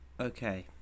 Okay